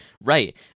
Right